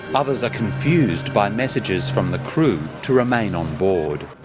others are confused by messages from the crew to remain on board.